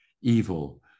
evil